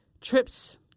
trips